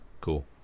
Cool